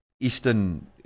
Eastern